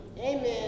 Amen